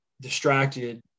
distracted